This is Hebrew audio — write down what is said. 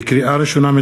לקריאה ראשונה,